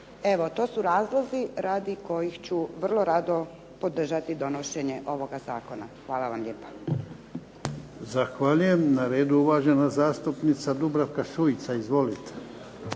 Evo, to su razlozi radi kojih ću vrlo rado podržati donošenje ovoga zakona. Hvala vam lijepa. **Jarnjak, Ivan (HDZ)** Zahvaljujem. Na redu je uvažena zastupnica Dubravka Šuica, izvolite.